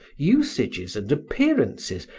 usages and appearances,